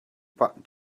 back